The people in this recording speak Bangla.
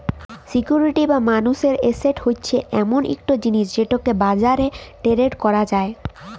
সিকিউরিটি বা মালুসের এসেট হছে এমল ইকট জিলিস যেটকে বাজারে টেরেড ক্যরা যায়